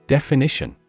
Definition